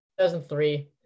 2003